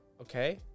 Okay